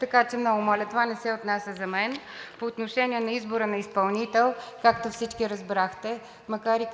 Така че много моля, това не се отнася за мен. По отношение на избора на изпълнител, както всички разбрахте, макар и